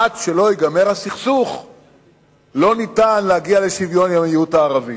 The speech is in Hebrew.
עד שלא ייגמר הסכסוך אין אפשרות להגיע לשוויון עם המיעוט הערבי.